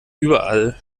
überall